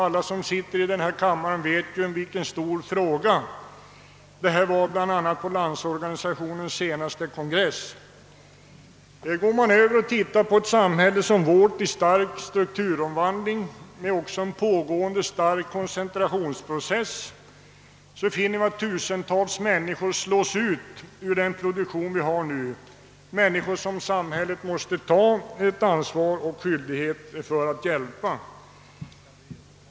Alla som sitter i denna kammare vet att detta var föremål för stor uppmärksamhet på landsorganisationens senaste kongress. I ett samhälle som vårt med stark strukturomvandling och med en pågående stark koncentration slås tusentals människor ut ur produktionen, och samhället har skyldighet att hjälpa dessa människor till rätta.